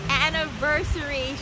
anniversary